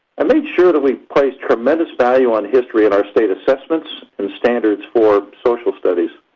i made sure that we placed tremendous value on history in our state assessments and standards for social studies.